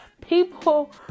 people